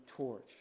torch